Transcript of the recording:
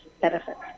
benefits